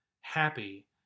happy